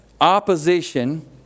opposition